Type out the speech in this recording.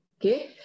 Okay